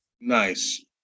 nice